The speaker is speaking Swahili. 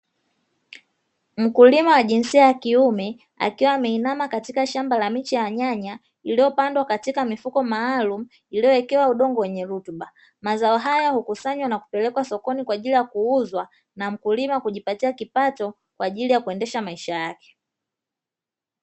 Mkulima wa jinsia ya kiume akiwa ameinama katika shamba la miche ya nyanya iliyopandwa katika mifuko maalumu iliyowekewa udongo wenye rutuba. Mazao haya hukusanywa na kupelekwa sokoni kwa ajili ya kuuzwa na mkulima kujipatia kipato kwa ajili ya kuendesha maisha yake.